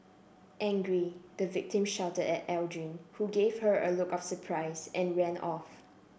angry the victim shouted at Aldrin who gave her a look of surprise and ran off